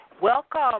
welcome